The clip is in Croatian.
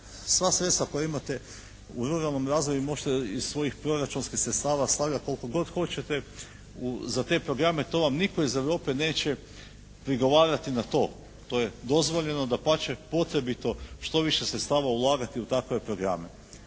sva sredstva koja imate u ruralnom razvoju možete iz svojih proračunskih sredstava stavljati koliko god hoćete za te programe, to vam nitko iz Europe neće prigovarati na to. To je dozvoljeno, dapače, potrebito što više sredstava ulagati u takve programe.